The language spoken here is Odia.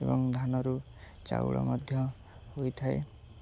ଏବଂ ଧାନରୁ ଚାଉଳ ମଧ୍ୟ ହୋଇଥାଏ